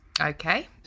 okay